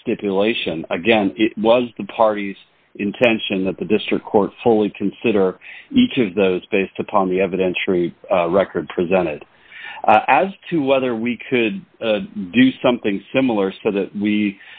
the stipulation again it was the party's intention that the district court fully consider each of those based upon the evidence for each record presented as to whether we could do something similar so that we